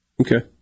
Okay